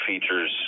features